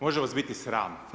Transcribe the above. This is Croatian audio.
Može vas biti sram.